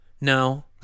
No